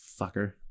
fucker